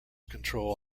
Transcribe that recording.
control